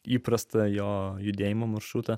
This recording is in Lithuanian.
įprasta jo judėjimo maršrutą